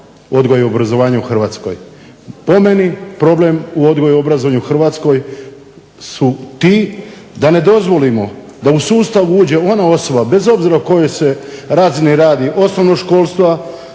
odgoja i obrazovanja u Hrvatskoj. Po meni problem odgoja i obrazovanja u Hrvatskoj su ti da ne dozvolimo da u sustav uđe ona osoba bez obzira o kojoj se razini radi osnovnog školstva,